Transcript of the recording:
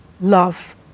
love